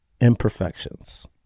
imperfections